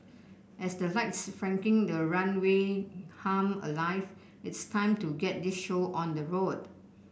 as the lights flanking the runway hum alive it's time to get this show on the road